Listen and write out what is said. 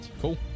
Cool